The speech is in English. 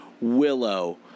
Willow